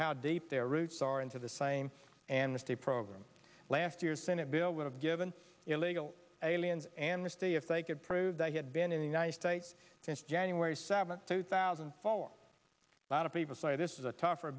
how deep their roots are into the same and the state program last year senate bill would have given illegal aliens amnesty if they could prove they had been in the united states since january seventh two thousand and four a lot of people say this is a tougher